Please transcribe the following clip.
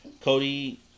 Cody